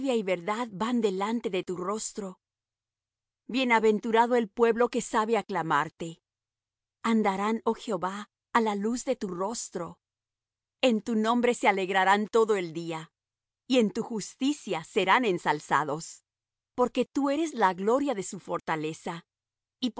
y verdad van delante de tu rostro bienaventurado el pueblo que sabe aclamarte andarán oh jehová á la luz de tu rostro en tu nombre se alegrarán todo el día y en tu justicia serán ensalzados porque tú eres la gloria de su fortaleza y